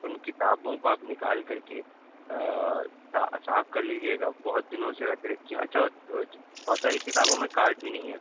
ان کتابوں کو آپ نکال کر کے صاف کر لیجیے گا بہت دنوں سے وس رکھی اچھا بہت ساری کتابوں میں کارڈ بھی نہیں ہیں